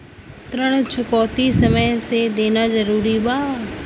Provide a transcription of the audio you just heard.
ऋण चुकौती समय से देना जरूरी बा?